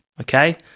Okay